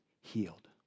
healed